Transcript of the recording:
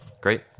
great